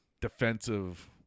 defensive